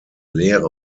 lehre